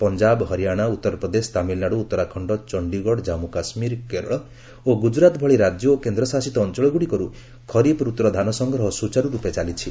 ପଞ୍ଜାବ ହରିଆଣା ଉତ୍ତରପ୍ଦେଶ ତାମିଲନାଡ଼ୁ ଉତ୍ତରାଖଣ୍ଡ ଚଣ୍ଡୀଗଡ଼ ଜାନ୍ଗୁ କାଶ୍ମୀର କେରଳ ଓ ଗୁଜରାତ ଭଳି ରାଜ୍ୟ ଓ କେନ୍ଦ୍ରଶାସିତ ଅଞ୍ଚଳଗୁଡ଼ିକରୁ ଖରିଫ ଋତୁର ଧାନ ସଂଗ୍ରହ ସୂଚାରୁରୂପେ ଚାଲିଛି